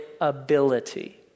ability